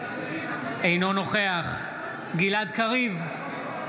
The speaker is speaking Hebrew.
אינו נוכח גלעד קריב,